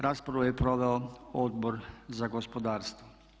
Raspravu je proveo Odbor za gospodarstvo.